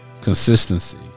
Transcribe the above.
Consistency